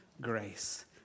grace